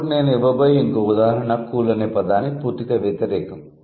అప్పుడు నేను ఇవ్వబోయే ఇంకో ఉదాహరణ 'కూల్' అనే పదానికి పూర్తిగా వ్యతిరేకం